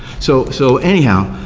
so so, anyhow,